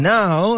Now